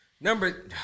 number